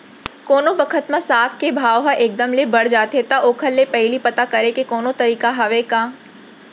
कोनो बखत म साग के भाव ह एक दम ले बढ़ जाथे त ओखर ले पहिली पता करे के कोनो तरीका हवय का?